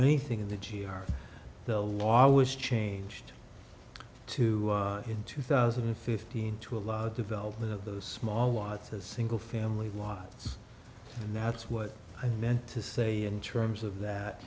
anything in the g r the law was changed to in two thousand and fifteen to allow development of the small wazza single family lots and that's what i meant to say in terms of that